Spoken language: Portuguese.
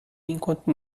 enquanto